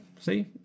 see